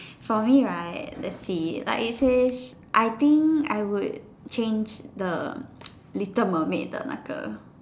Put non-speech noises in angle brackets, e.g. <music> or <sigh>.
for me right let's see like it says I think I would change the <noise> little mermaid 的那个